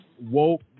woke